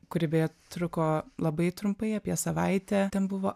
kuri beje truko labai trumpai apie savaitę ten buvo